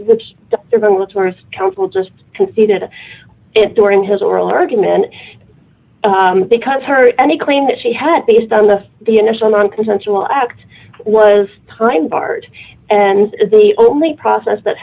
which was worth counsel just conceded during his oral argument because her any claim that she had based on the the initial nonconsensual act was time barred and the only process that